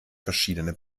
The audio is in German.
verschiedene